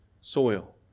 soil